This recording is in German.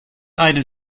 einen